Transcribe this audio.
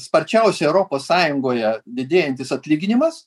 sparčiausia europos sąjungoje didėjantis atlyginimas